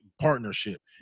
partnership